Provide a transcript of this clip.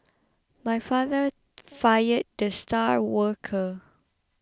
my father fired the star worker